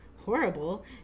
Horrible